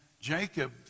Jacob